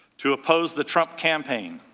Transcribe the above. to oppose the trump campaign.